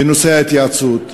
בנושא ההתייעצות.